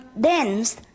dense